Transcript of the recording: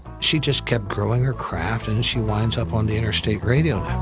she just kept growing her craft and she winds up on the interstate radio